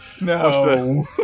no